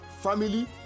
family